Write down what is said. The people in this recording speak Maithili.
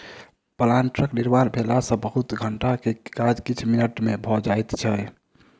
प्लांटरक निर्माण भेला सॅ बहुत घंटा के काज किछ मिनट मे भ जाइत छै